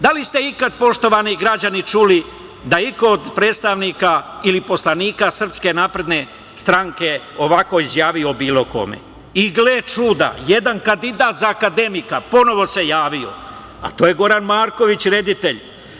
Da li ste ikada, poštovani građani čuli, da iko od predstavnika ili poslanika SNS ovako izjavio o bilo kome i gle čuda, jedan kandidat za akademika ponovo se javio, a to je Goran Marković, reditelj.